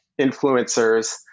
influencers